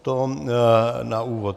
To na úvod.